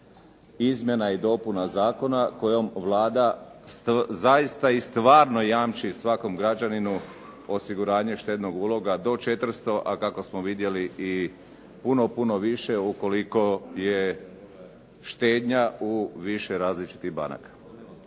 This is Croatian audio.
izmjena i dopuna zakona kojom Vlada zaista i stvarno jamči svakom građaninu osiguranje štednog uloga do 400, a kako smo vidjeli i puno, puno više ukoliko je štednja u više različitih banaka